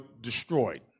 destroyed